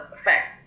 effect